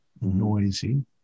noisy